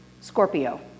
Scorpio